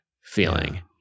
feeling